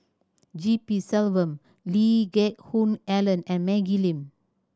G P Selvam Lee Geck Hoon Ellen and Maggie Lim